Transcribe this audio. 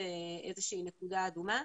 כאיזושהי נקודה אדומה.